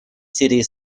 сирии